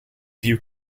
view